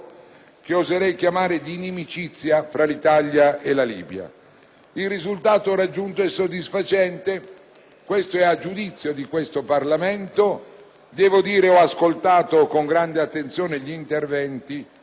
che oserei chiamare di inimicizia fra l'Italia e la Libia. Il risultato raggiunto è soddisfacente; questo è a giudizio del Parlamento. Ho ascoltato con grande attenzione gli interventi